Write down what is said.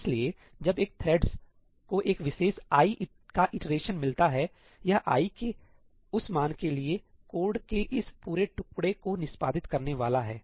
इसलिए जब एक थ्रेड्स को एक विशेष i का इटरेशन मिलता है यह i के उस मान के लिए कोड के इस पूरे टुकड़े को निष्पादित करने वाला है